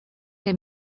que